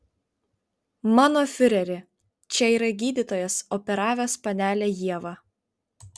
mano fiureri čia yra gydytojas operavęs panelę ievą